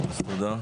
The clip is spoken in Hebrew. תודה,